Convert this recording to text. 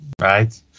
Right